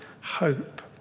hope